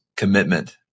commitment